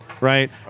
right